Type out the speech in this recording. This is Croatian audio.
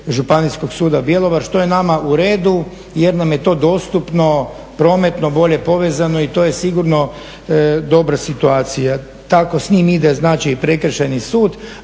Županijskog suda Bjelovar što je nama u redu jer nam je to dostupno, prometno bolje povezano. I to je sigurno dobra situacija. Tako s njim ide znači i Prekršajni sud,